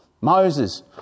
Moses